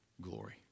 glory